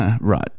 Right